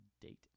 date